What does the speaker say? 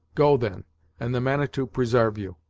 go, then and the manitou presarve you!